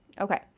Okay